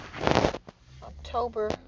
October